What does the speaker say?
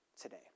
today